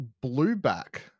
Blueback